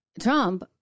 Trump